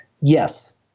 yes